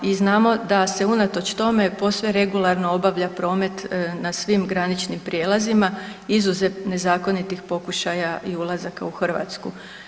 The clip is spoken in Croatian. I znamo da se unatoč tome posve regularno obavlja promet na svim graničnim prijelazima izuzev nezakonitih pokušaja i ulazaka u Hrvatsku.